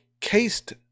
cased